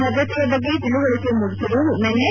ಭದ್ರತೆಯ ಬಗ್ಗೆ ತಿಳುವಳಿಕೆ ಮೂಡಿಸಲು ನಿನ್ನೆ